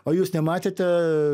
o jūs nematėte